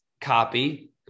copy